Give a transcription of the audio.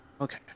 Okay